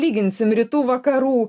lyginsim rytų vakarų